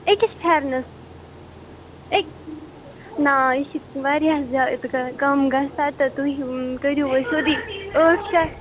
أکِس پھٮ۪رنس نا یہِ چھُ وارِیاہ زیادٕ کَم گَژھان تہٕ تُہۍ کٔرِو وٕ سیوٚدُے ٲٹھ یٚ